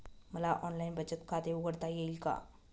मला ऑनलाइन बचत खाते उघडता येईल का?